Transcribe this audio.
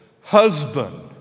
husband